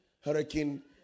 Hurricane